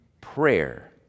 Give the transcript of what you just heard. prayer